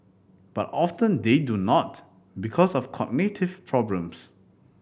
but often they do not because of cognitive problems